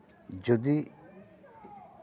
ᱡᱩᱫᱤ